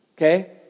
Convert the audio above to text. Okay